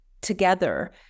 together